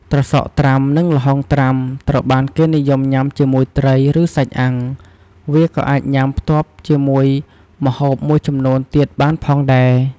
ត្រសក់ត្រាំ និងល្ហុងត្រាំ ត្រូវបានគេនិយមញ៉ាំជាមួយត្រី ឬ សាច់អាំង វាក៏អាចញុំាផ្ទាប់ជាមួយម្ហូបមួយចំនួនទៀតបានផងដែរ។